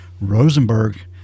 Rosenberg